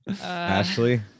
Ashley